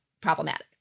problematic